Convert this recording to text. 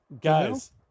Guys